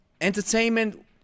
Entertainment